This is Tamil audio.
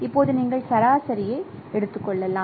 இப்போது நீங்கள் சராசரியை எடுத்துக் கொள்ளலாம்